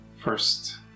first